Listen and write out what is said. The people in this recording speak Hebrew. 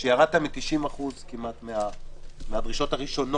שירדת ב-90% כמעט מהדרישות הראשונות.